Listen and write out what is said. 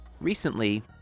recently